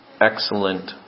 excellent